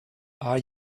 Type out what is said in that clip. are